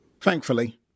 Thankfully